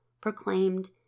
proclaimed